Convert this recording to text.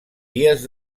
dies